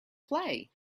play